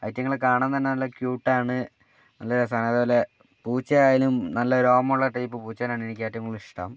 അയിറ്റിങ്ങളെ കാണാൻ തന്നെ നല്ല ക്യൂട്ട് ആണ് നല്ല രസമാണ് അതുപോലെ പൂച്ചയായാലും നല്ല രോമമുള്ള ടൈപ്പ് പൂച്ചയെയാണെനിക്ക് ഏറ്റവും കൂടുതൽ ഇഷ്ടം